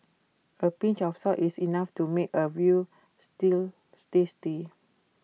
A pinch of salt is enough to make A Veal Stew tasty